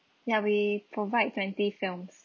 ya we provide twenty films